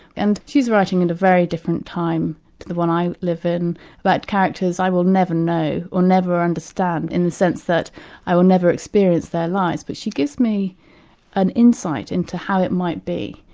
and she's writing at a very different time to the one i live in about characters i will never know, or never understand in the sense that i will never experience their lives. but she gives me an insight into how it might be.